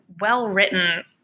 well-written